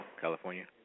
California